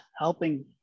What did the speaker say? helping